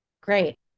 great